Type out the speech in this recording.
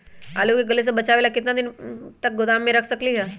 आलू के गले से बचाबे ला कितना दिन तक गोदाम में रख सकली ह?